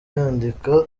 yandika